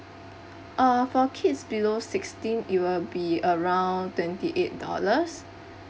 uh for kids below sixteen it will be around twenty eight dollars